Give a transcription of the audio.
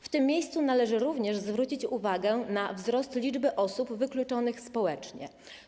W tym miejscu należy zwrócić uwagę na wzrost liczby osób wykluczonych społecznie.